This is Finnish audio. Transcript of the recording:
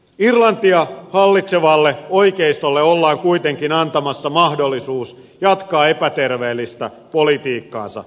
irlantia hallitsevalle oikeistolle ollaan kuitenkin antamassa mahdollisuus jatkaa epäter vettä politiikkaansa